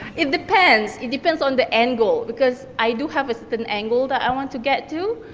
it depends, it depends on the angle, because i do have a certain angle that i want to get to,